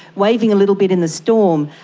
waving a little bit in the storm.